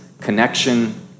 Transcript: connection